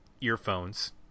earphones